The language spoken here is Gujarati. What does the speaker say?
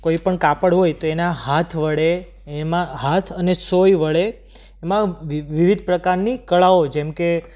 કોઈ પણ કાપડ હોય તો તેના હાથ વડે એમાં હાથ અને સોય વડે એમાં વિવિ વિવિધ પ્રકારની કળાઓ જેમ કે